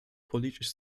politisch